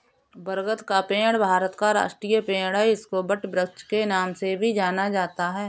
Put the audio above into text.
बरगद का पेड़ भारत का राष्ट्रीय पेड़ है इसको वटवृक्ष के नाम से भी जाना जाता है